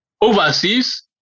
overseas